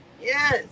Yes